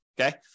okay